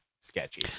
sketchy